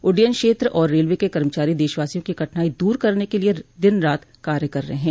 उड्डयन क्षेत्र और रेलवे के कर्मचारी देशवासियों की कठिनाई दूर करने के लिए दिन रात कार्य कर रहे हैं